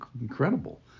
incredible